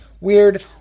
weird